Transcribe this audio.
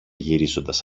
γυρίζοντας